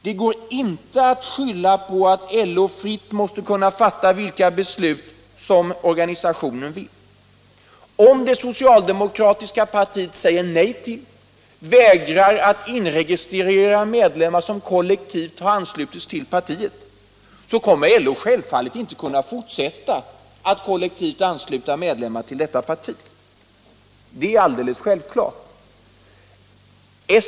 Det går inte att skylla på att LO fritt måste kunna fatta vilka beslut organisationen vill. Om det socialdemokratiska partiet säger nej till detta och vägrar att inregistrera medlemmar som kollektivt har anslutits till partiet, så kommer LO inte att kunna fortsätta att kollektivt ansluta medlemmar till detta parti. Det är alldeles självklart.